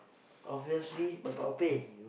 obviously my babies